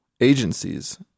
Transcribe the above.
agencies